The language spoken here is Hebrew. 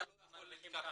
אתה לא יכול לקבל.